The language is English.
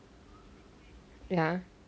ya